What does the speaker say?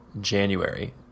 January